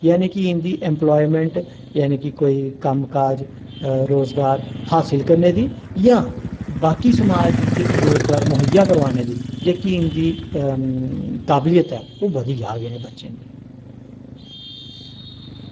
जानि के इं'दी इंपलायमैंट जानि कोई कोई कम्म काज रोज़गार हासल करने दी जां बाकी समाज बिच्च रोजगार मुहैया कराने दी जेह्की इं'दी काबलियत ऐ ओह् बधी जाह्ग इ'नें बच्चें दी